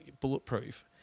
bulletproof